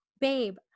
babe